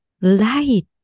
light